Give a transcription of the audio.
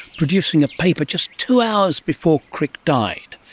producing a paper just two hours before crick died.